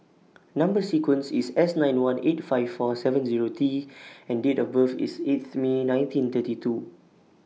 Number sequence IS S nine one eight five four seven Zero T and Date of birth IS eighth May nineteen thirty two